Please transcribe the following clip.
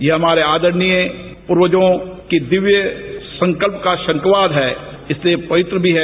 यह हमारे आदरणीय पूर्वजों की दिव्य संकल्प का शंखवाद है इसलिए पवित्र भी है